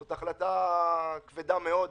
זאת החלטה כבדה מאוד.